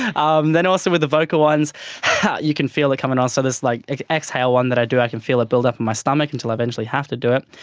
um then also with the vocal ones you can feel it coming on, so this like like exhale one that i do, i can feel it build up my stomach until i eventually have to do it.